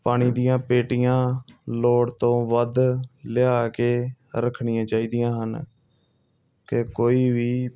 ਪਾਣੀ ਦੀਆਂ ਪੇਟੀਆਂ ਲੋੜ ਤੋਂ ਵੱਧ ਲਿਆ ਕੇ ਰੱਖਣੀਆਂ ਚਾਹੀਦੀਆਂ ਹਨ ਕਿ ਕੋਈ ਵੀ